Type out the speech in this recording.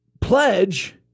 pledge